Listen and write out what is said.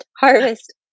harvest